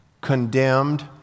condemned